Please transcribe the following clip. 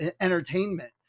entertainment